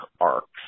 arcs